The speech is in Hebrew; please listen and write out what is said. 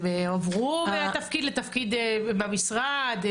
הם הועברו מהתפקיד לתפקיד במשרד?